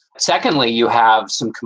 secondly, you have some.